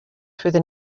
through